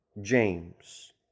James